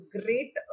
great